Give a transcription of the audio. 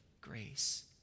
grace